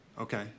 Okay